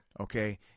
Okay